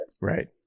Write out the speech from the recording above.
Right